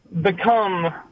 become